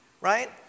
right